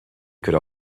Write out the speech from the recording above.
could